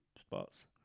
spots